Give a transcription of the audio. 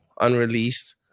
unreleased